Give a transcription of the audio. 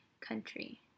country